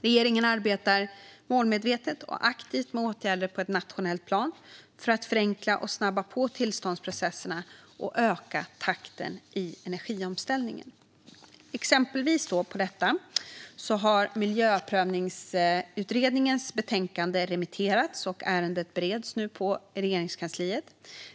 Regeringen arbetar målmedvetet och aktivt med åtgärder på ett nationellt plan för att förenkla och snabba på tillståndsprocesserna och öka takten i energiomställningen. Exempelvis har Miljöprövningsutredningens betänkande remitterats, och ärendet bereds nu i Regeringskansliet.